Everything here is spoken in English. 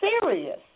serious